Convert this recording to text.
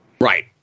Right